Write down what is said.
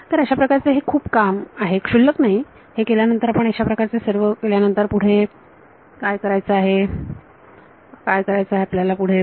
तर अशा प्रकारचे हे खूप काम आहे क्षुल्लक नाही हे केल्यानंतर आपण अशा प्रकारचे हे सर्व केल्या नंतर पुढे काय करायचं आहे आपल्याला काय करायचं आपल्याला पुढे